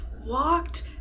walked